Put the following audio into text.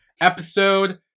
episode